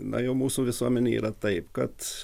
na jau mūsų visuomenėj yra taip kad